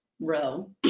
row